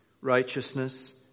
Righteousness